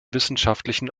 wissenschaftlichen